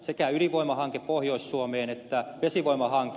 sekä ydinvoimahanke pohjois suomeen että vesivoimahanke